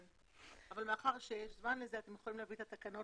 גם לזה אתם יכולים להביא את התקנות